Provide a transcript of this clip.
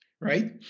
right